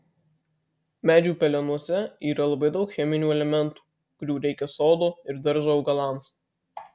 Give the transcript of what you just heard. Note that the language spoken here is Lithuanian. medžių pelenuose yra labai daug cheminių elementų kurių reikia sodo ir daržo augalams